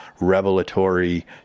revelatory